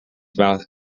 mouth